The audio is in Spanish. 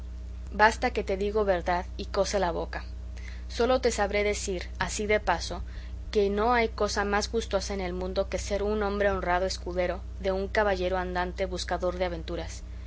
basta que te digo verdad y cose la boca sólo te sabré decir así de paso que no hay cosa más gustosa en el mundo que ser un hombre honrado escudero de un caballero andante buscador de aventuras